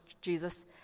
Jesus